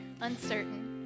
uncertain